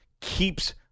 keeps